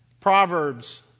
Proverbs